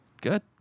Good